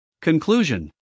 Conclusion